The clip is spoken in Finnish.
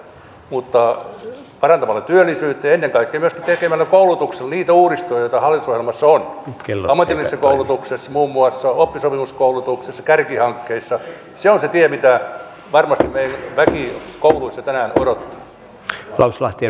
nämä leikkaukset säästöt eivät ole helppoja mutta kun parannetaan työllisyyttä ja ennen kaikkea myöskin tehdään koulutukseen niitä uudistuksia joita hallitusohjelmassa on on muun muassa ammatillinen koulutus oppisopimuskoulutus kärkihankkeet se on se tie mitä varmasti meidän väki kouluissa tänään odottaa